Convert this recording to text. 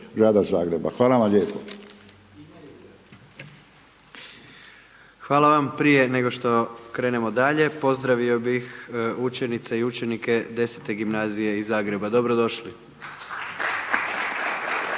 Gordan (HDZ)** Hvala vam. Prije nego što krenemo dalje, pozdravi bi učenice i učenike 10. gimnazije iz Zagreba dobrodošli.